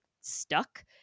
stuck